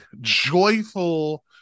joyful